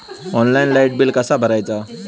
Online light bill कसा भरायचा?